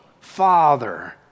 Father